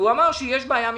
הוא אמר שיש בעיה משפטית.